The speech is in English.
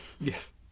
yes